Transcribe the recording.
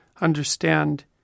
understand